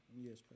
Yes